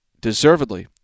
deservedly